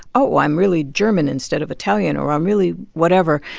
oh, i'm really german instead of italian or i'm really whatever,